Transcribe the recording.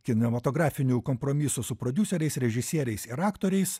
kinematografinių kompromisų su prodiuseriais režisieriais ir aktoriais